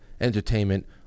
entertainment